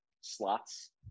slots